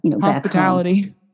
Hospitality